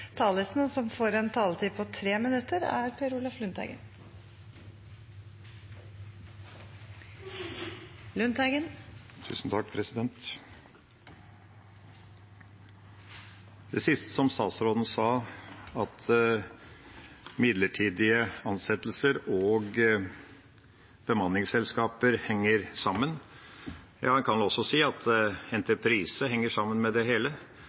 det siste statsråden sa, at midlertidige ansettelser og bemanningsselskaper henger sammen: Ja, en kan også si at entreprise henger sammen med det hele,